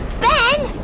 ben!